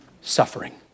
suffering